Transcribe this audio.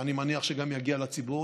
ואני מניח שיגיע גם לציבור,